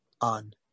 on